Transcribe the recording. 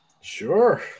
Sure